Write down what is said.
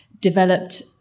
developed